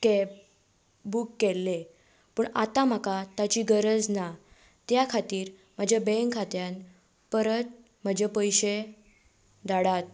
cab book केल्ले पूण आतां म्हाका ताची गरज ना त्या खातीर म्हज्या बँक खात्यांत परत म्हजे पयशें धाडात